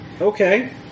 Okay